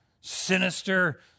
sinister